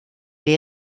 les